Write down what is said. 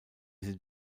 sie